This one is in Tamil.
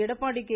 எடப்பாடி கே